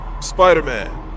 Spider-Man